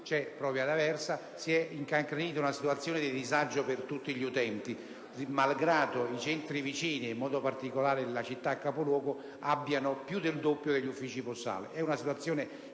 presenti ad Aversa, si è incancrenita una situazione di disagio per tutti gli utenti, malgrado i centri vicini, in modo particolare la città capoluogo, abbiano più del doppio degli uffici postali.